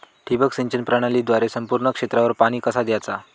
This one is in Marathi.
ठिबक सिंचन प्रणालीद्वारे संपूर्ण क्षेत्रावर पाणी कसा दयाचा?